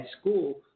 school